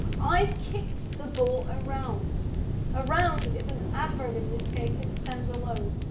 i kicked the ball around around is an adverb, in this case it stands alone.